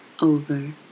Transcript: over